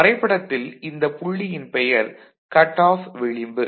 வரைபடத்தில் இந்த புள்ளியின் பெயர் கட் ஆஃப் விளிம்பு